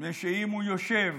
מפני שאם הוא יושב